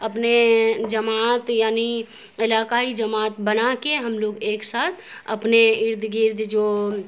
اپنے جماعت یعنی علاقائی جماعت بنا کے ہم لوگ ایک ساتھ اپنے ارد گرد جو